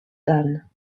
done